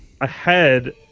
ahead